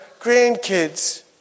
grandkids